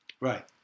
Right